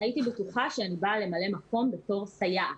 הייתי בטוחה שאני באה למלא מקום בתור סייעת.